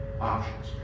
options